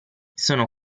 sono